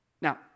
Now